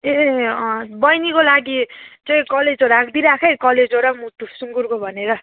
ए अँ अँ बैनीको लागि चाहिँ कलेजो राखिदिई राख् है कलेजो र मुटु सुँगुरको भनेर